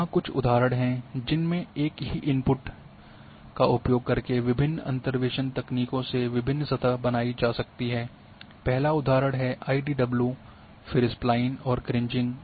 यहां कुछ उदाहरण हैं जिनमे एक ही इनपुट का उपयोग करके विभिन्न अंतर्वेसन तकनीकों से विभिन्न सतह बनाई जा सकती है पहला उदाहरण आईडीडब्लू है फिर स्पलाइन और क्रीजिंग